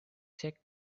sick